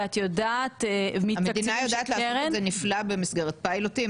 ואת יודעת --- המדינה יודעת לעשות את זה נפלא במסגרת פיילוטים,